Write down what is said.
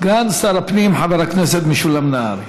סגן שר הפנים חבר הכנסת משולם נהרי.